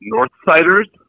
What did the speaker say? Northsiders